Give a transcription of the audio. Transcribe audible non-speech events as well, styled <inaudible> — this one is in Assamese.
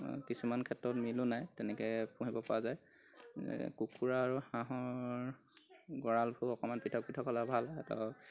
কিছুমান ক্ষেত্ৰত মিলো নাই তেনেকৈ পুহিব পৰা যায় কুকুৰা আৰু হাঁহৰ গঁৰালবোৰ অকণমান পৃথক পৃথক হ'লে ভাল হয় <unintelligible>